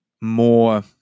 more